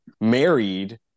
married